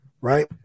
Right